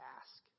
ask